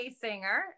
singer